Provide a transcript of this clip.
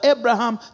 Abraham